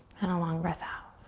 and a long breath out.